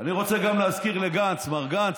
אני רוצה גם להזכיר לגנץ: מר גנץ,